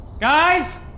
guys